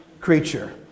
creature